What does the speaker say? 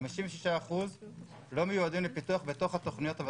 56% לא מיועדים לפיתוח בתוך התוכניות הוותמ"ליות.